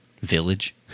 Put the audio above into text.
village